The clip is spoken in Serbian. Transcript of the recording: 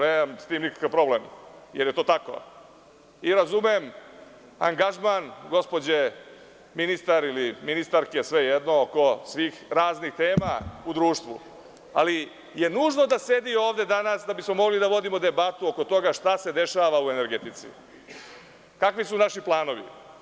Nemam sa tim nikakav problem jer je to tako, i razumem angažman gospođe ministarke oko svih raznih tema u društvu, ali je nužno da sedi ovde danas da bi smo mogli da vodimo debatu šta se dešava u energetici, kakvi su naši planovi.